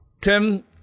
Tim